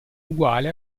uguale